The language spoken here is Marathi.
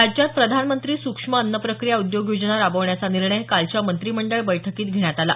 राज्यात प्रधानमंत्री सुक्ष्म अन्न प्रक्रिया उद्योग योजना राबवण्याचा निर्णय कालच्या मंत्रिमंडळ बैठकीत घेण्यात आला